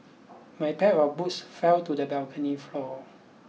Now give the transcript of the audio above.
my pair of boots fell to the balcony floor